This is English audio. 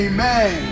Amen